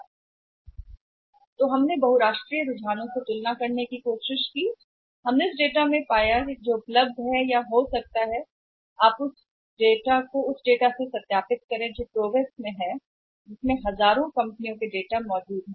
और फिर हमने अंतरराष्ट्रीय रुझानों के साथ तुलना करने की कोशिश की इसलिए हमने डेटा से पाया है जो उपलब्ध है या हो सकता है कि आप केवल डेटाबेस प्रक्रिया का सहारा लेकर इसे सत्यापित कर सकें डेटाबेस जहां हजारों कंपनियों का डेटा होता है